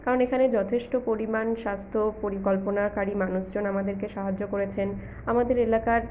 কারণ এখানে যথেষ্ট পরিমাণ স্বাস্থ্য পরিকল্পনাকারী মানুষজন আমাদেরকে সাহায্য করেছেন আমাদের এলাকার